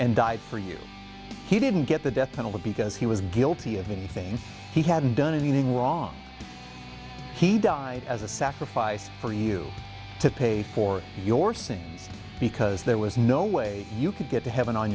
and died for you he didn't get the death penalty because he was guilty of many things he hadn't done anything wrong he died as a sacrifice for you to pay for your sins because there was no way you could get to heaven on